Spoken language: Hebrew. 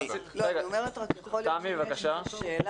בבקשה.